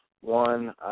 One